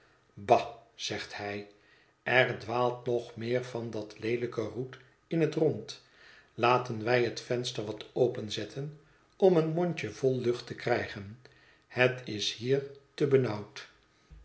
zegt hij er dwaalt nog meer van dat leelijke roet in het rond laten wij het venster wat openzetten om een mondje vol lucht te krijgen het is hier te benauwd